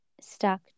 stuck